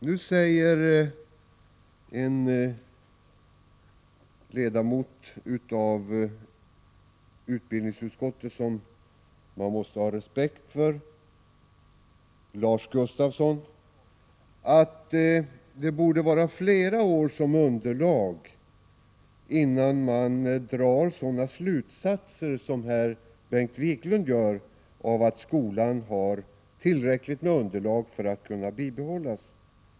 Nu säger en ledamot av utbildningsutskottet som man måste ha respekt för, nämligen Lars Gustafsson, att man borde ha fler år som underlag för att kunna dra sådana slutsatser som Bengt Wiklund gör, dvs. att skolan har tillräckligt underlag för att kunna bibehållas.